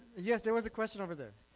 yes there was a question over there